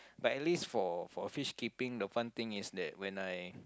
but at least for for fish keeping the fun thing is that when I